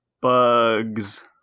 bugs